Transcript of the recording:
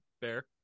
fair